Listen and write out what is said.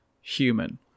human